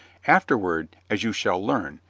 afterward, as you shall learn,